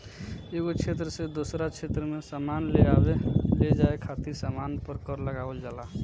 एगो क्षेत्र से दोसरा क्षेत्र में सामान लेआवे लेजाये खातिर सामान पर कर लगावल जाला